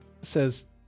Says